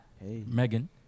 Megan